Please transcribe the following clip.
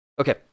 okay